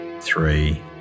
three